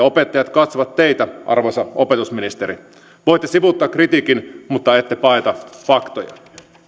opettajat katsovat teitä arvoisa opetusministeri voitte sivuuttaa kritiikin mutta ette paeta faktoja